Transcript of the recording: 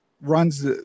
runs